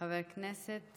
חבר הכנסת